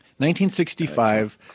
1965